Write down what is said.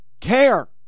care